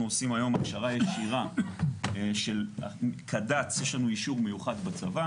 עושים היום הכשרה ישירה של קד"צ יש לנו אישור מיוחד בצבא